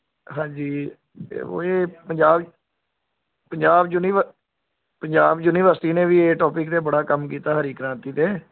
ਹਾਂਜੀ ਦੇਖੋ ਇਹ ਪੰਜਾਬ ਪੰਜਾਬ ਯੂਨੀਵਰ ਪੰਜਾਬ ਯੂਨੀਵਰਸਿਟੀ ਨੇ ਵੀ ਇਹ ਟੋਪਿਕ 'ਤੇ ਬੜਾ ਕੰਮ ਕੀਤਾ ਹਰੀ ਕ੍ਰਾਂਤੀ 'ਤੇ